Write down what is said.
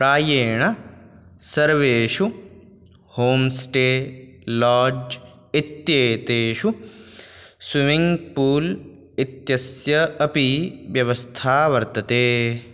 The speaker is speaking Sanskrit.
प्रायेण सर्वेषु होम्स्टे लाड्ज् इत्येतेषु स्विमिङ्ग्पूल् इत्यस्य अपि व्यवस्था वर्तते